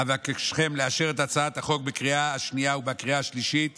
אבקשכם לאשר את הצעת החוק בקריאה השנייה ובקריאה השלישית